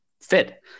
fit